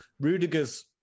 rudiger's